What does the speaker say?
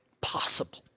Possible